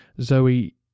Zoe